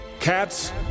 Cats